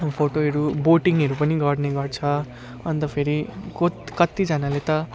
फोटोहरू बोटिङहरू पनि गर्ने गर्छ अन्त फेरि को कत्तिजनाले त